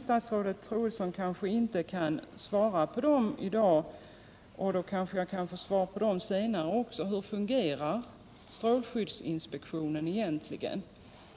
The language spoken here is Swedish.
Statsrådet Troedsson kanske inte kan svara på dem i dag, men jag kan måhända få svar senare. Hur fungerar strålskyddsinspektionen egentligen?